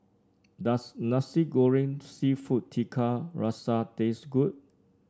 does Nasi Goreng seafood Tiga Rasa taste good